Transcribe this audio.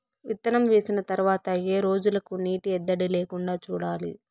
విత్తనం వేసిన తర్వాత ఏ రోజులకు నీటి ఎద్దడి లేకుండా చూడాలి?